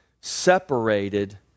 separated